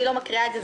אני לא קוראת את זה.